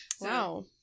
Wow